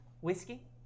Whiskey